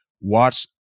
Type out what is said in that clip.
watch